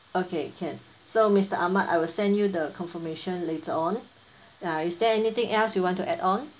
okay can so mister Ahmad I will send you the confirmation later on uh is there anything else you want to add on